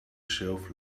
shelf